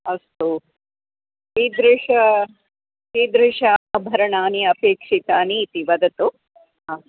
अस्तु कीदृशं कीदृशम् आभरणानि अपेक्षितानि इति वदतु हा